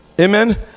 amen